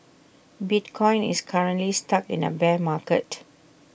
bitcoin is currently stuck in A bear market